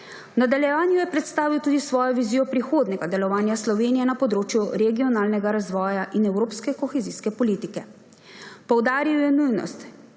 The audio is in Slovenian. nadaljevanju je predstavil tudi svojo vizijo prihodnjega delovanja Slovenije na področju regionalnega razvoja in evropske kohezijske politike. Poudaril je nujnost